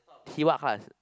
he what class